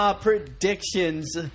Predictions